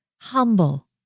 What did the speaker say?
humble